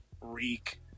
Reek